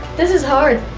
this is hard.